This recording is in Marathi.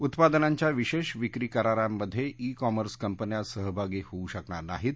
उपादनांच्या विशेष विक्री करारांमधे ई कॉमर्स कंपन्या सहभागी होऊ शकणार नाहीत